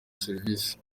serivisi